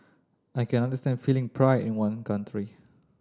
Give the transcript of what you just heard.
I can understand feeling pride in one country